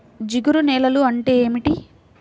జిగురు నేలలు అంటే ఏమిటీ?